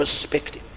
perspective